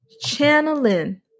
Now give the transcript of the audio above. Channeling